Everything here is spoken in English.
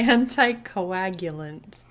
Anticoagulant